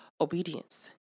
obedience